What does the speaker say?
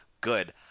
Good